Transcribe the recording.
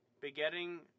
Begetting